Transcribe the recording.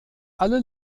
alle